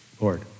Lord